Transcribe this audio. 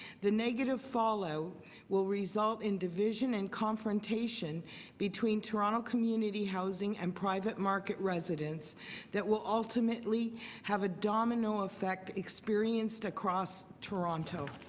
the negative fallout will result in division and confrontation between toronto community housing and private market residents that will ultimately have a domino effect experienced across toronto.